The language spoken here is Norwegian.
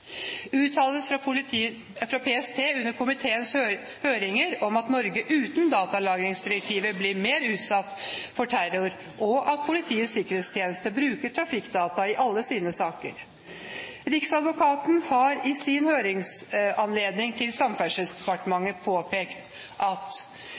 Uttalelser fra Politiets sikkerhetstjeneste, PST, under komiteens høringer går på at Norge uten datalagringsdirektivet blir mer utsatt for terror, og at PST bruker trafikkdata i alle sine saker. Riksadvokaten har i sin høringsanledning til